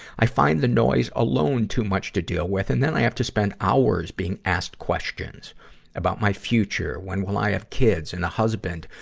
i find the noise alone too much to deal with, and then i have to spend hours being asked questions about my future, when will i have kids and a husband,